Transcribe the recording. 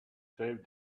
save